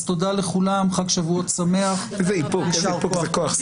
תודה לכולם, חג שבועות שמח, ויישר כוח.